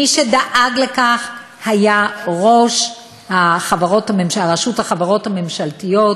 מי שדאג לכך היה ראש רשות החברות הממשלתיות